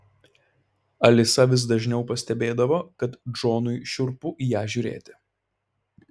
alisa vis dažniau pastebėdavo kad džonui šiurpu į ją žiūrėti